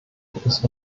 ist